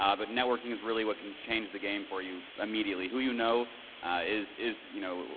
um but networking is really what can change the game for you immediately, who you know is is you know,